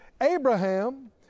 Abraham